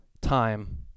time